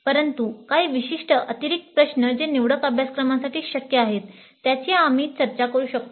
परंतु काही विशिष्ट अतिरिक्त प्रश्न जे निवडक अभ्यासक्रमांसाठी शक्य आहेत त्याची आम्ही चर्चा करू शकतो